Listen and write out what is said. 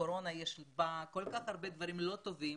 שבקורונה יש כל כך הרבה דברים לא טובים